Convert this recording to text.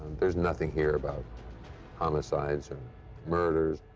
there's nothing here about homicides or murders.